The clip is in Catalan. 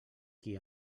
qui